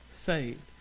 saved